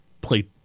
play